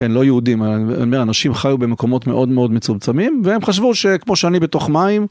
הם לא יהודים, אלה אנשים חיו במקומות מאוד מאוד מצומצמים והם חשבו שכמו שאני בתוך מים